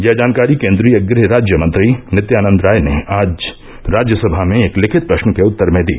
यह जानकारी केन्द्रीय गृह राज्यमंत्री नित्यानंद राय ने आज राज्यसभा में एक लिखित प्रश्न के उत्तर में दी